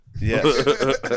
Yes